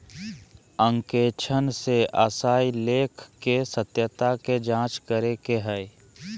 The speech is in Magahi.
अंकेक्षण से आशय लेख के सत्यता के जांच करे के हइ